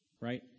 right